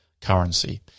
currency